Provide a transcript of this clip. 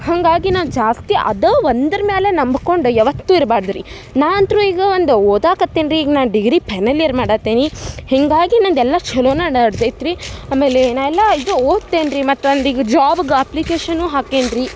ಹಾಗಾಗಿ ನಾವು ಜಾಸ್ತಿ ಅದ ಒಂದ್ರ ಮ್ಯಾಲ ನಂಬ್ಕೊಂಡು ಯಾವತ್ತು ಇರ್ಬಾರ್ದು ರೀ ನಾ ಅಂತ್ರು ಈಗ ಒಂದು ಓದಾಕತ್ತಿನಿ ರೀ ಈಗ ನಾ ಡಿಗ್ರಿ ಫೈನಲ್ ಇಯರ್ ಮಾಡ್ತೆನಿ ಹೀಗಾಗಿ ನನ್ನದೆಲ್ಲ ಛಲೋನ ನಡ್ದೈತಿ ರೀ ಆಮೇಲೆ ನಾ ಎಲ್ಲ ಇದು ಓದ್ತೆನೆ ರೀ ಮತ್ತೆ ಒಂದು ಈಗ ಜಾಬ್ಗೆ ಅಪ್ಲಿಕೇಶನು ಹಾಕೆನಿ ರೀ